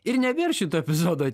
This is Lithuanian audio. ir nebėr šito epizodo